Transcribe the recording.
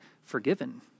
forgiven